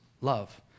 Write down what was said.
love